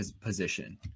Position